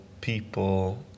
people